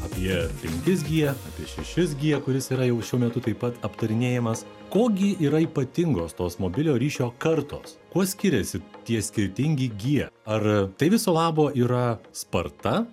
apie penkis g apie šešis g kuris yra jau šiuo metu taip pat aptarinėjamas ko gi yra ypatingos tos mobiliojo ryšio kartos kuo skiriasi tie skirtingi gie ar tai viso labo yra sparta